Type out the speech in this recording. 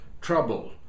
trouble